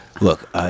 Look